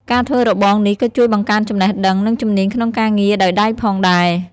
ការធ្វើរបងនេះក៏ជួយបង្កើនចំណេះដឹង និងជំនាញក្នុងការងារដោយដៃផងដែរ។